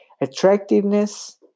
Attractiveness